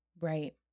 right